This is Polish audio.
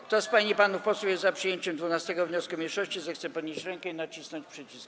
Kto z pań i panów posłów jest za przyjęciem 12. wniosku mniejszości, zechce podnieść rękę i nacisnąć przycisk.